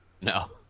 No